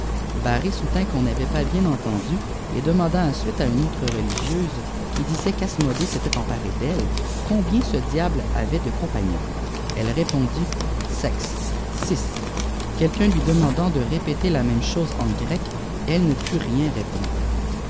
barré soutint qu'on n'avait pas bien entendu et demanda ensuite à une autre rehgieuse qui disait qu'asmodée s'était emparé d'elle combien ce diable avait de compagnons elle répondit sea six quelqu'un lui demandant de répéter la même chose en grec elle ne put rien répondre